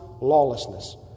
lawlessness